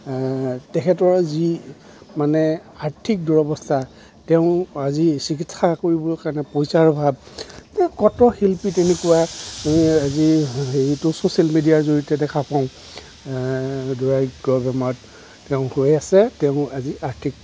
তেখেতৰ যি মানে আৰ্থিক দুৰৱস্থা তেওঁৰ আজি চিকিৎসা কৰিবৰ কাৰণে পইচাৰ অভাৱ কত শিল্পী তেনেকুৱা আজি হেৰিতো ছচিয়েল মিডিয়াৰ জড়িয়তে দেখা পাওঁ দুৰাৰোগ্য বেমাৰত তেওঁৰ হৈ আছে তেওঁৰ আজি আৰ্থিক